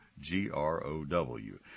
G-R-O-W